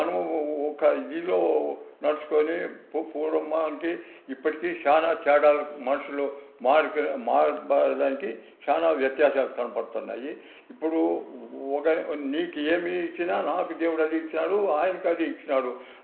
మనము ఒక ఇదిలో నడుచుకొని పూర్వం మానవునికి ఇప్పటికీ చాలా తేడా మనిషిలో మారిపోవడానికి చాలా వ్యత్యాసాలు కనబడుతున్నాయి ఇప్పుడు ఒక నీకు ఏమి ఇచ్చినా నాకు దేవుడు అదే ఇచ్చినాడు ఆయనకి అదే ఇచ్చినాడు